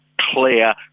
clear